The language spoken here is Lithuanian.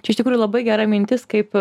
čia iš tikrųjų labai gera mintis kaip